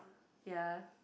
ya